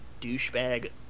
douchebag